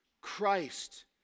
Christ